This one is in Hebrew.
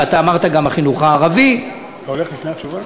ואתה אמרת גם החינוך הערבי אתה הולך לפני התשובה?